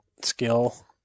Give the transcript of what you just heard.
skill